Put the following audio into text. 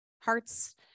hearts